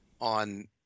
on